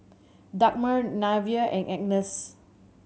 Dagmar Nevaeh and Agnes